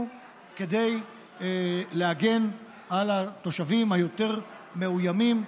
כדי להגן על התושבים היותר-מאוימים,